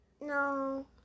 No